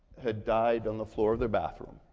had died on the floor of their bathroom.